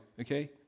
okay